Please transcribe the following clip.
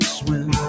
swim